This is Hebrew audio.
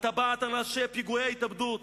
הטבעת על ראשי פיגועי ההתאבדות.